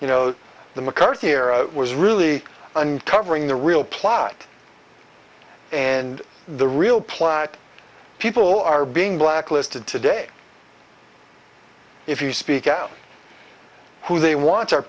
you know the mccarthy era was really uncovering the real plot and the real plot people are being blacklisted today if you speak out who they want